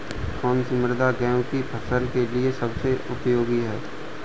कौन सी मृदा गेहूँ की फसल के लिए सबसे उपयोगी है?